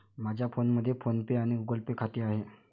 माझ्या फोनमध्ये फोन पे आणि गुगल पे खाते आहे